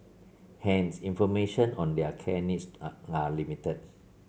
hence information on their care needs are are limited